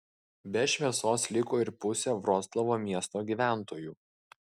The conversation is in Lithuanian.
be šviesos liko ir pusė vroclavo miesto gyventojų